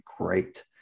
great